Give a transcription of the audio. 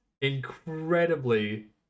incredibly